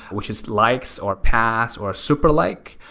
which is likes or pass or super like.